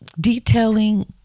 Detailing